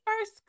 first